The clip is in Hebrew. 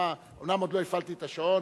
אומנם עוד לא הפעלתי את השעון,